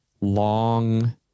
long